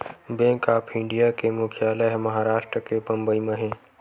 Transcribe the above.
bank of India के मुख्यालय ह महारास्ट के बंबई म हे